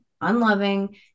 unloving